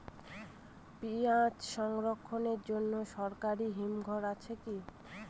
পিয়াজ সংরক্ষণের জন্য সরকারি হিমঘর আছে কি?